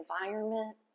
environment